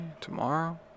Tomorrow